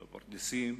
בפרדסים,